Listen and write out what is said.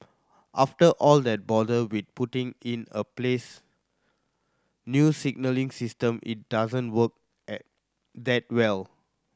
after all that bother with putting in a place a new signalling system it doesn't work that well